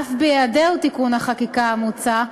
אף בהיעדר תיקון החקיקה המוצע,